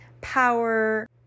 power